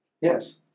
Yes